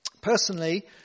Personally